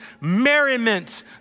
merriment